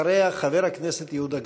אחריה, חבר הכנסת יהודה גליק.